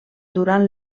durant